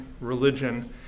religion